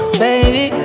baby